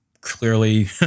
clearly